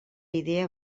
idea